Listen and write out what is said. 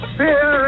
fear